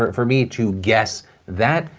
for me to guess that,